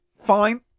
Fine